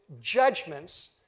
judgments